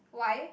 why